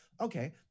Okay